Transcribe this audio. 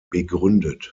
begründet